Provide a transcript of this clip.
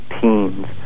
teens